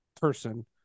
person